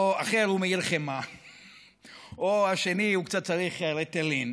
או אחר הוא מהיר חמה או השני הוא קצת צריך ריטלין,